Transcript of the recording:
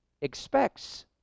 expects